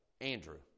Andrew